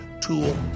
tool